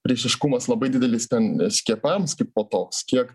priešiškumas labai didelis ten skiepams kaipo toks kiek